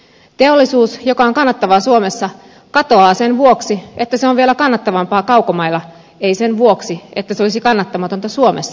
teollisuus joka on kannattavaa suomessa katoaa sen vuoksi että se on vielä kannattavampaa kaukomailla ei sen vuoksi että se olisi kannattamatonta suomessa